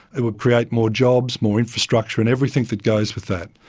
it would create more jobs, more infrastructure and everything that goes with that.